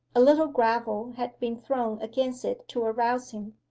a little gravel had been thrown against it to arouse him.